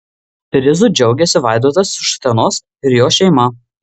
prizu džiaugiasi vaidotas iš utenos ir jo šeima